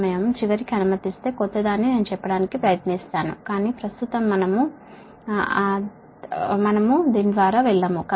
సమయం చివరికి అనుమతిస్తే క్రొత్తదాన్ని నేను చెప్పడానికి ప్రయత్నిస్తాను కాని ప్రస్తుతం మనం దాని ద్వారా వెళ్ళము